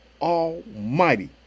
Almighty